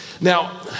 Now